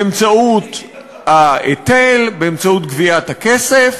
באמצעות ההיטל, באמצעות גביית הכסף,